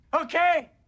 okay